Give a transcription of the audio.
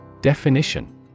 Definition